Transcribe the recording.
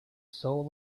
soul